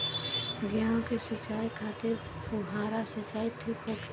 गेहूँ के सिंचाई खातिर फुहारा सिंचाई ठीक होखि?